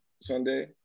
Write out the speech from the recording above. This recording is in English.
Sunday